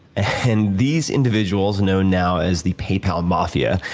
and these individuals, known now as the pay pal mafia,